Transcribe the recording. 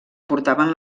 portaven